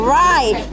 right